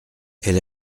elle